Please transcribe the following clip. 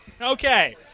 Okay